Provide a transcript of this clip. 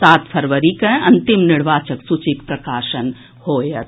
सात फरवरी के अंतिम निर्वाचक सूचीक प्रकाशन होयत